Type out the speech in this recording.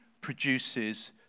produces